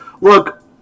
look